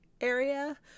area